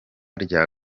rya